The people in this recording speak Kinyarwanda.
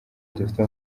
dufite